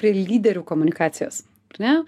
prie lyderių komunikacijos ar ne